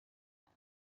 tent